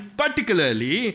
particularly